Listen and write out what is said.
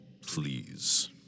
Please